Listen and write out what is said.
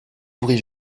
souris